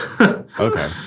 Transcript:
Okay